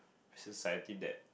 society that